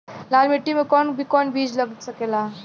लाल मिट्टी में कौन कौन बीज लग सकेला?